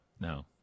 no